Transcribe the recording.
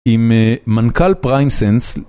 עם מנכ'ל פריימסנס.